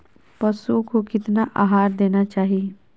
पशुओं को कितना आहार देना चाहि?